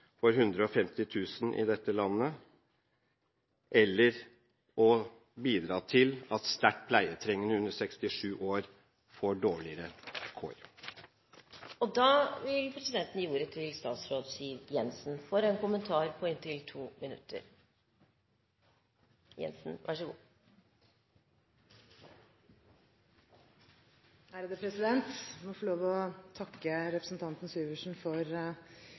for 150 000 i dette landet eller å bidra til at sterkt pleietrengende under 67 år får dårligere kår. Da vil presidenten gi ordet til statsråd Siv Jensen for en kommentar på inntil 2 minutter. Jeg må få lov å takke representanten Syversen for